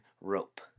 rope